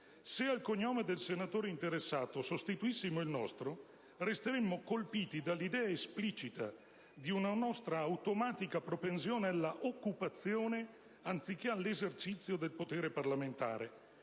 Se al cognome del senatore interessato sostituissimo il nostro, resteremmo colpiti dall'idea esplicita di una nostra automatica propensione alla occupazione, anziché all'esercizio, del potere parlamentare.